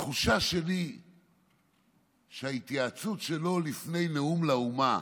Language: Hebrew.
התחושה שלי היא שההתייעצות שלו לפני נאום לאומה,